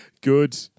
Good